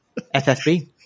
ffb